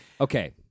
Okay